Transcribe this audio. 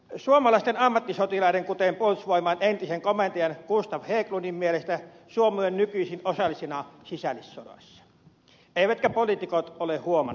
suomalaisten ammattisotilaiden kuten puolustusvoimain entisen komentajan gustaf hägglundin mielestä suomi on nykyisin osallisena sisällissodassa eivätkä poliitikot ole huomanneet tätä